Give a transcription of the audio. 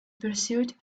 pursuit